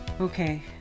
Okay